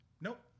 Nope